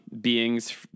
beings